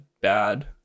bad